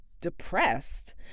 depressed